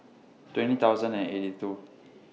twenty thousand and eighty two